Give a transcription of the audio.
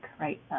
right